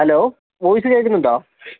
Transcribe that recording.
hello voice കേൾക്കുന്നുണ്ടോ